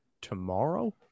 tomorrow